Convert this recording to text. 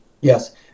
Yes